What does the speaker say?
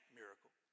miracle